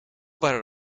waren